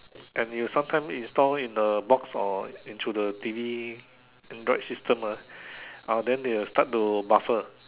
and you sometimes install into the box or to the T_V Android system ah then they will start to buffer